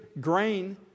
grain